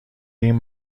این